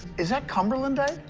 is that cumberlandite?